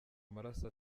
amaraso